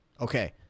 Okay